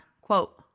quote